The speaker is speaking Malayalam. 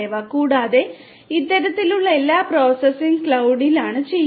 കൂടാതെ ഇത്തരത്തിലുള്ള എല്ലാ പ്രോസസ്സിംഗും ക്ലൌഡിലാണ് ചെയ്യുന്നത്